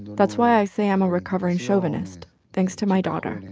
that's why i say i'm a recovering chauvinist thanks to my daughter.